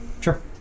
Sure